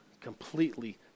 Completely